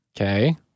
Okay